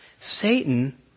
Satan